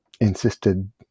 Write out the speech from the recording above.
insisted